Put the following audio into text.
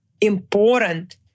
important